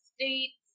states